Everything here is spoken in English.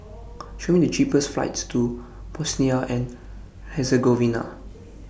Show Me The cheapest flights to Bosnia and Herzegovina